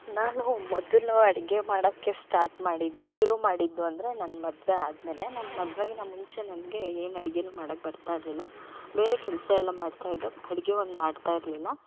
ನಾನು ಮೊದಲು ಅಡುಗೆ ಮಾಡೋಕೆ ಸ್ಟಾರ್ಟ್ ಮಾಡಿದ್ದು ಶುರುಮಾಡಿದ್ದು ಅಂದರೆ ನನ್ನ ಮದುವೆ ಆದಮೇಲೆ ನನ್ನ ಮದುವೆಗಿನ ಮುಂಚೆ ನನಗೆ ಏನು ಅಡ್ಗೇ ಮಾಡೋಕ್ ಬರ್ತಾ ಇರಲಿಲ್ಲ ಬೇರೆ ಕೆಲಸಯೆಲ್ಲ ಮಾಡ್ತಾ ಇದ್ದೆ ಅಡಿಗೆ ಒಂದು ಮಾಡ್ತಾ ಇರಲಿಲ್ಲ